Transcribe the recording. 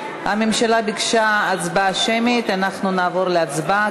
הממשלה ביקשה הצבעה שמית, ואנחנו נעבור להצבעה.